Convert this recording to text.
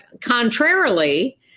contrarily